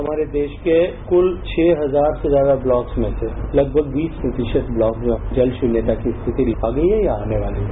हमारे देश के कल छह हजार से ज्यादा ब्लॉक्स में से लगभग बीस प्रतिशत ब्लॉक में अब जल शुन्यता की स्थिति आ गई है या आने वाली है